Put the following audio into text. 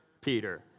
Peter